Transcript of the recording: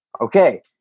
Okay